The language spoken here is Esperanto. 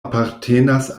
apartenas